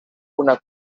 una